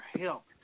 help